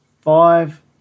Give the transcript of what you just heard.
five